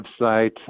website